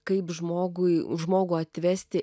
kaip žmogui žmogų atvesti